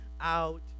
out